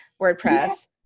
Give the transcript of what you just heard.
WordPress